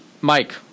Mike